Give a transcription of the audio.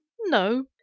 No